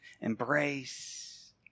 embrace